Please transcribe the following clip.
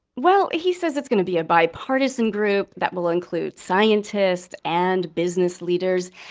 well, he says it's going to be a bipartisan group that will include scientists and business leaders.